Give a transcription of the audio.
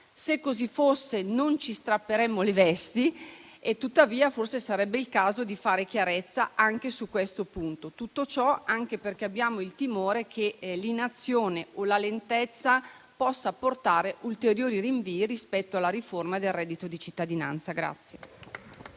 Se così fosse, non ci strapperemmo le vesti, tuttavia forse sarebbe il caso di fare chiarezza anche su questo punto, anche perché abbiamo il timore che l'inazione o la lentezza possano portare ulteriori rinvii rispetto alla riforma del reddito di cittadinanza.